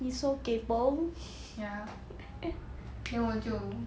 ya then 我就